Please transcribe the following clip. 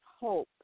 hope